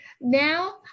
now